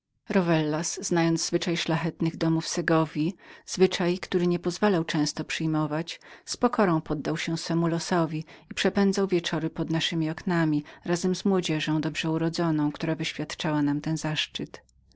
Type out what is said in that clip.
pieśni rowellas znając zwyczaj szlachetnych domów segowji który nie pozwalał często przyjmować z pokorą poddał się swemu losowi i przepędzał wieczory pod naszemi oknami razem z młodzieżą dobrze urodzoną która wyświadczała nam ten zaszczyt